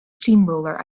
steamroller